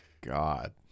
god